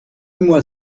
mois